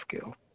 skill